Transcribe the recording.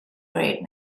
great